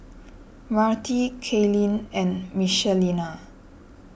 Myrtie Kaylen and Michelina